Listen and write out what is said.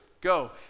go